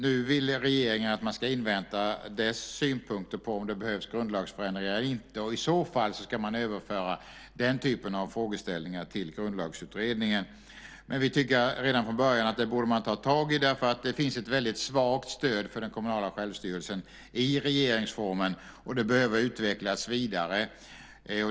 Nu vill regeringen att man ska invänta dess synpunkter på om det behövs grundlagsförändringar eller inte. I så fall ska man överföra den här typen av frågor till Grundlagsutredningen. Men vi tycker att man redan från början borde ta tag i dem. Det finns ett väldigt svagt stöd för den kommunala självstyrelsen i regeringsformen, och det behöver utvecklas vidare.